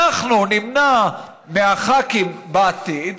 אנחנו נמנע מהח"כים בעתיד,